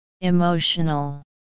Emotional